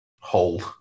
Hold